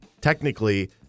technically